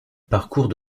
parcourt